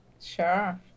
Sure